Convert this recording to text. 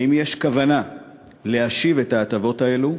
1. האם יש כוונה להשיב את ההטבות האלה?